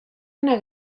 una